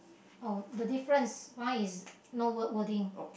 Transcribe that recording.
oh the difference mine is no word wording